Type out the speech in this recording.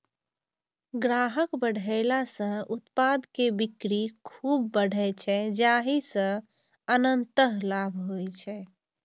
ग्राहक बढ़ेला सं उत्पाद के बिक्री खूब बढ़ै छै, जाहि सं अंततः लाभ होइ छै